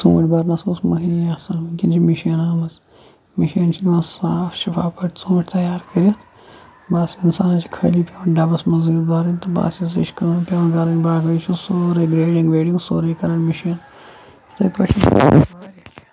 ژونٛٹھۍ بَرنَس ٲسۍ مٔہنی آسان وٕنکٮ۪ن چھِ مِشیٖن آمٕژ مِشیٖن چھِ دِوان صاف شِفاف پٲٹھۍ ژونٛٹھۍ تَیار کٔرِتھ بَس اِنسانَس چھُ خٲلی پیٚوان ڈَبَس مَنٛزٕے یوت بَرِنۍ تہٕ تہٕ بَس یِژٕے چھِ کٲم پیٚوان کَرٕنۍ باقٕے چھِ سورُے گریڈِنٛگ ویڈِنٛگ سورُے کَران مِشیٖن یِتھے پٲٹھۍ واریاہ کینٛہہ